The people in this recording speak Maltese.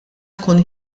tkun